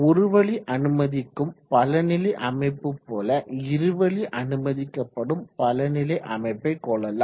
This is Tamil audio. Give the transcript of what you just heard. ஒருவழி அனுமதிக்கும் பலநிலை அமைப்பு போல இருவழி அனுமதிக்கப்படும் பல நிலை அமைப்பை கொள்ளலாம்